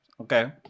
okay